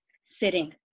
sitting